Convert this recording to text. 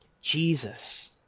Jesus